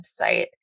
website